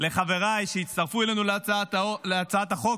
לחבריי שהצטרפו אלינו להצעת החוק,